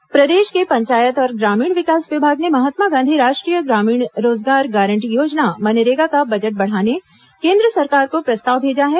मनरेगा प्रदेश के पंचायत और ग्रामीण विकास विभाग ने महात्मा गांधी राष्ट्रीय ग्रामीण रोजगार गारंटी योजना मनरेगा का बजट बढ़ाने केन्द्र सरकार को प्रस्ताव भेजा है